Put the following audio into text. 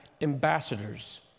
ambassadors